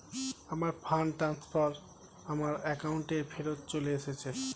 আমার fund transfer আমার অ্যাকাউন্টেই ফেরত চলে এসেছে